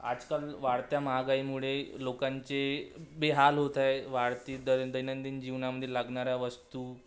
आजकाल वाढत्या महागाईमुळे लोकांचे बेहाल होत आहे वाढती दै दैनंदिन जीवनामध्ये लागणाऱ्या वस्तू